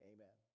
Amen